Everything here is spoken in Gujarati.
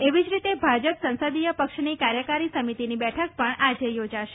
એવી જ રીતે ભાજપ સંસદીય પક્ષની કાર્યકારી સમિતીની બેઠક પણ આજે યોજાશે